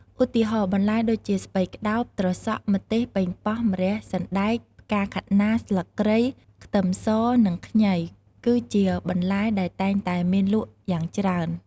ឧទាហរណ៍បន្លែដូចជា ស្ពៃក្តោប ត្រសក់ ម្ទេស ប៉េងប៉ោះ ម្រះ សណ្តែក ផ្កាខាត់ណា ស្លឹកគ្រៃ ខ្ទឹមស និងខ្ញី គឺជាបន្លែដែលតែងតែមានលក់យ៉ាងច្រើន។